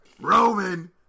Roman